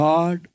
God